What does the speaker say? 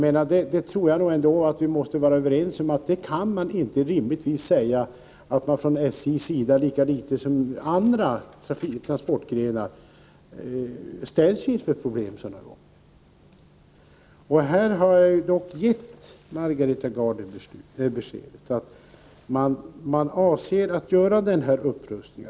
Vi är säkert överens om att SJ liksom andra transportföretag ställs inför problem under sådana förhållanden. Jag har dock givit Margareta Gard beskedet att man avser att göra en upprustning.